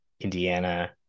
Indiana